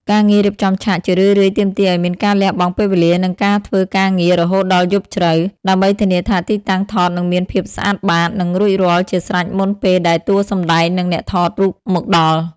ការងាររៀបចំឆាកជារឿយៗទាមទារឱ្យមានការលះបង់ពេលវេលា និងការធ្វើការងាររហូតដល់យប់ជ្រៅ ដើម្បីធានាថាទីតាំងថតនឹងមានភាពស្អាតបាត និងរួចរាល់ជាស្រេចមុនពេលដែលតួសម្ដែង និងអ្នកថតរូបមកដល់។